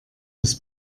des